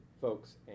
folks